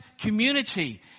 community